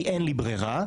כי אין לי ברירה,